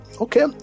okay